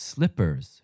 Slippers